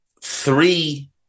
three